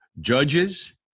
judges